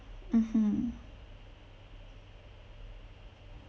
mmhmm